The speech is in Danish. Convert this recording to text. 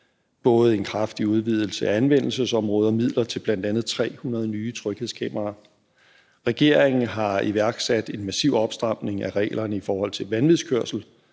både en kraftig udvidelse af anvendelsesområdet og midler til bl.a. 300 nye tryghedskameraer. Regeringen har iværksat en massiv opstramning af reglerne i forhold til vanvidskørsel,